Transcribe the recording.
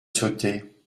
sauter